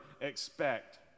expect